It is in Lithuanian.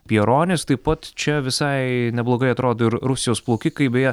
pieronis taip pat čia visai neblogai atrodo ir rusijos plaukikai beje